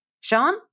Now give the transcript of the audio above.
Sean